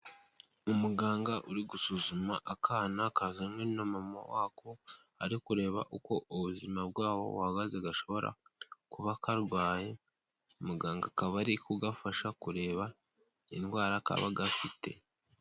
Umuganga uri gusuzuma akana kazanywe na mama wako ariko kureba uko ubuzima bwaho buhagaze gashobora kuba karwaye. Muganga akaba ari ku gafasha kureba indwara kaba gafite.